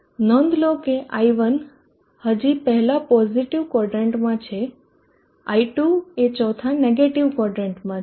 નોંધ લો કે i1 હજી પહેલા પોઝીટીવ ક્વોદરન્ટ માં છે i2 એ ચોથા નેગેટીવ ક્વોદરન્ટ માં છે